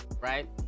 Right